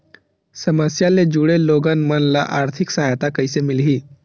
समस्या ले जुड़े लोगन मन ल आर्थिक सहायता कइसे मिलही?